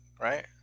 right